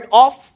off